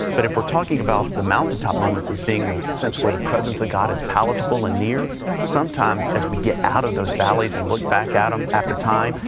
but if we're talking about the mountaintop moment says being a sense where the presence of god is palatable in near fry sometimes as we get out of those valleys and look back um after time.